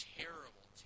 terrible